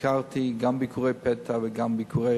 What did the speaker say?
ביקרתי גם ביקורי פתע וגם ביקורים